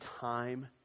time